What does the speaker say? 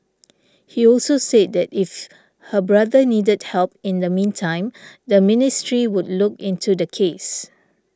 he also said that if her brother needed help in the meantime the ministry would look into the case